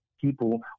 people